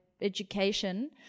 education